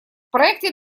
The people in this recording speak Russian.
проекте